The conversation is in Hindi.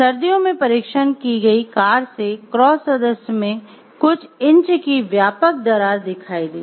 सर्दियों में परीक्षण की गई कार से क्रॉस सदस्य में कुछ इंच की व्यापक दरार दिखाई दी